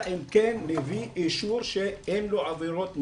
אם כן מביא אישור שאין לו עבירות מיניות,